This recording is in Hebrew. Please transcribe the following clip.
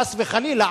חס וחלילה,